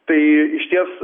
tai išties